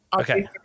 okay